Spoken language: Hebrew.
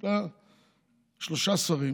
יש לה שלושה שרים,